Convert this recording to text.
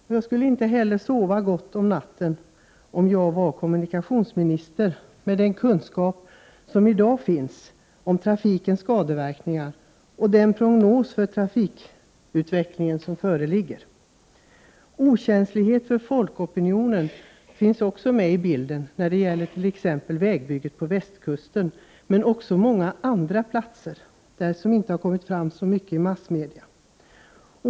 Om jag var kommunikationsminister, skulle jag inte kunna sova gott på natten — med tanke på den kunskap som i dag finns om trafikens skadeverkningar och den prognos för trafikutvecklingen som föreligger. Okänsligheten för folkopinioner finns också med i bilden, t.ex. när det gäller vägbygget på västkusten. Men andra platser kan också nämnas som det inte har talats om särskilt mycket i massmedia.